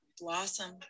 Blossom